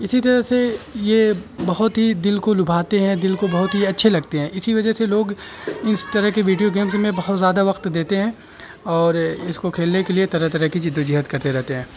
اسی طرح سے یہ بہت ہی دل کو لبھاتے ہیں دل کو بہت ہی اچھے لگتے ہیں اسی وجہ سے لوگ اس طرح کے ویڈیو گیمس میں بہت زیادہ وقت دیتے ہیں اور اس کو کھیلنے کے لیے طرح طرح کی جد و جہد کرتے رہتے ہیں